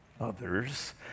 others